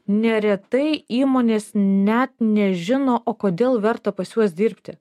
neretai įmonės net nežino o kodėl verta pas juos dirbti